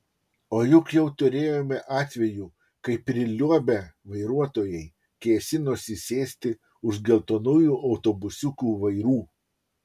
o juk jau turėjome atvejų kai priliuobę vairuotojai kėsinosi sėsti už geltonųjų autobusiukų vairų